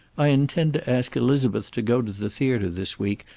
i intend to ask elizabeth to go to the theater this week,